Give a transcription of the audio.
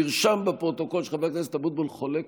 נרשם בפרוטוקול שחבר כנסת אבוטבול חולק